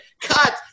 cut